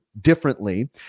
differently